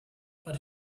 but